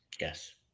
yes